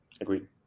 Agreed